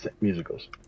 musicals